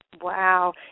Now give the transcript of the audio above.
Wow